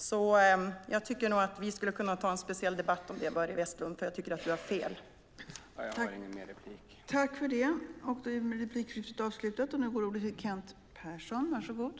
Börje Vestlund och jag skulle nog kunna ha en särskild debatt om det, för jag tycker att han har fel.